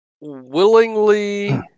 willingly